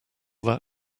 that